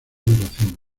duración